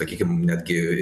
sakykim netgi